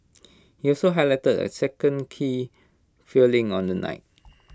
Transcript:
he also highlighted A second key failing on the night